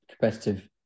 competitive